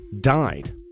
died